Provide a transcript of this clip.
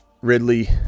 Ridley